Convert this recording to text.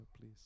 please